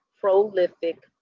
prolific